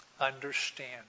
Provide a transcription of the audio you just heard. understand